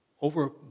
over